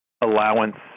allowance